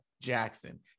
Jackson